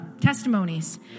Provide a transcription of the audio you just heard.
testimonies